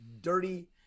Dirty